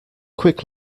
quick